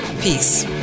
Peace